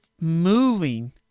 moving